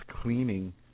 cleaning